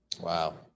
Wow